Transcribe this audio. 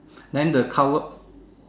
then the cover